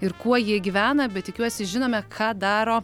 ir kuo jie gyvena bet tikiuosi žinome ką daro